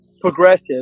progressive